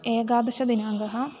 एकादशदिनाङ्कः